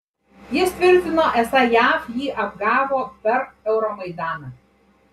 jis tvirtino esą jav jį apgavo per euromaidaną